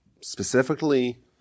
specifically